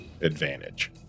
advantage